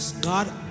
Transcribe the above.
God